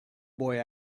boy